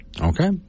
Okay